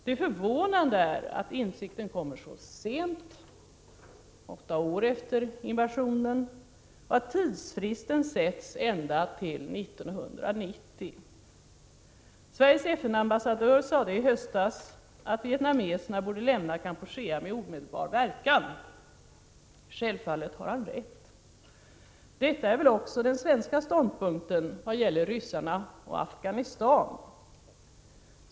Det förvånande är att insikten kommer så sent, åtta år efter invasionen, och att tidsfristen sätts ända till 1990.Sveriges FN-ambassadör sade i höstas att vietnameserna borde lämna Kampuchea med omedelbar verkan. Självfallet har han rätt. Detta är väl också den svenska ståndpunkten vad gäller ryssarna och Afghanistan.